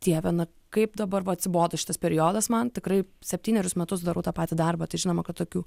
dieve na kaip dabar va atsibodo šitas periodas man tikrai septynerius metus darau tą patį darbą tai žinoma kad tokių